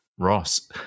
Ross